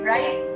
Right